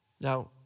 Now